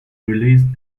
released